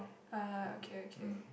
ah okay okay